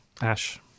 Ash